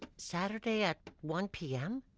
saturday at one pm?